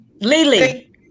Lily